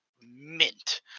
mint